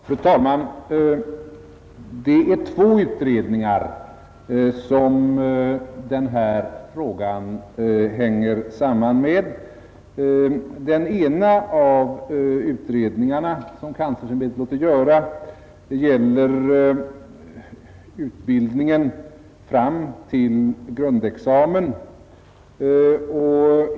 Fru talman! Det är två utredningar som berör den här frågan. Den ena av dessa utredningar, som kanslersämbetet låtit göra, gäller utbildningen efter grundexamen.